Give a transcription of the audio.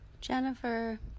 jennifer